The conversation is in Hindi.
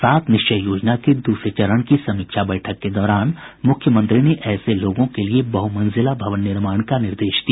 सात निश्चय योजना के दूसरे चरण की समीक्षा बैठक के दौरान मुख्यमंत्री ने ऐसे लोगों के लिये बहुमंजिला भवन निर्माण का निर्देश दिया